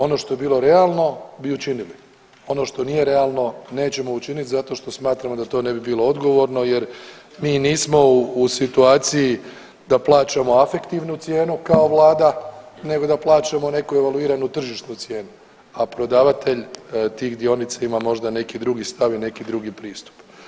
Ono što je bilo realno bi učinili, ono što nije realno nećemo učiniti zato što smatramo da to ne bi bilo odgovorno jer mi nismo u situaciji da plaćamo afektivnu cijenu kao vlada nego da plaćamo neku evaluiranu tržišnu cijenu, a prodavatelj tih dionica ima možda neki drugi stav i neki drugi pristup.